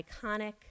iconic